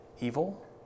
evil